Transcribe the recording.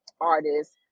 artist